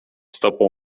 stopą